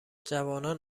جوانان